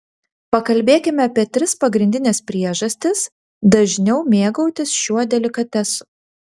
pakalbėkime apie tris pagrindines priežastis dažniau mėgautis šiuo delikatesu